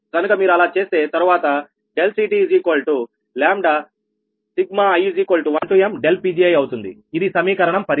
కనుక మీరు అలా చేస్తే తరువాత CTλi1m Pgi అవుతుంది ఇది సమీకరణం 17